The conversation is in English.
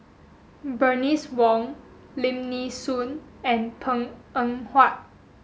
Bernice Wong Lim Nee Soon and Png Eng Huat